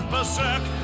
Berserk